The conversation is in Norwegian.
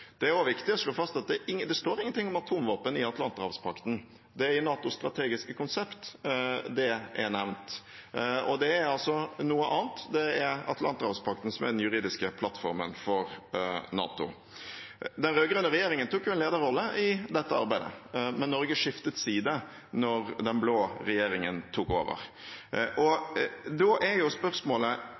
Det er også viktig å slå fast at det ikke står noen ting om atomvåpen i Atlanterhavspakten. Det er i NATOs strategiske konsept det er nevnt, og det er noe annet. Det er Atlanterhavspakten som er den juridiske plattformen for NATO. Den rød-grønne regjeringen tok en lederrolle i dette arbeidet, men Norge skiftet side da den blå regjeringen tok over. Nå ser vi at denne debatten går i flere NATO-land. Det er